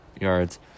Yards